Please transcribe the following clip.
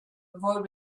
avoid